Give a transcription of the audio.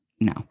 No